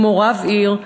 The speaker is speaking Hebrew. כמו רב עיר,